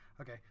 Okay